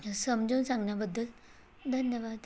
समजवून सांगण्याबद्दल धन्यवाद